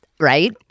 right